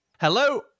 hello